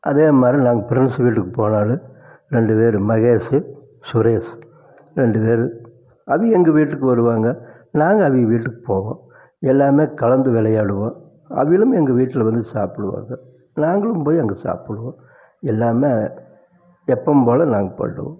அதே மாதிரி நாங்கள் ப்ரெண்ட்ஸ் வீட்டுக்குப் போனாலும் ரெண்டு பேரும் மகேஷ்சு சுரேஷ் ரெண்டு பேரு அவிங்க எங்கள் வீட்டுக்கு வருவாங்க நாங்கள் அவிங்க வீட்டுக்குப் போவோம் எல்லாமே கலந்து விளையாடுவோம் அவிங்களும் எங்கள் வீட்டில் வந்து சாப்பிடுவாங்க நாங்களும் போய் அங்கே சாப்பிடுவோம் எல்லாமே எப்பவும் போல நாங்கள் போயிடுவோம்